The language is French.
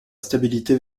stabilité